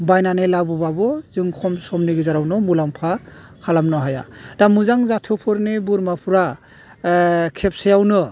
बायनानै लाबोबाबो जों खम समनि गेजेरावनो मुलाम्फा खालामनो हाया दा मोजां जाथोफोरनि बोरमाफ्रा खेबसेयावनो